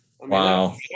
Wow